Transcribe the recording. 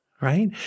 right